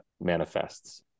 manifests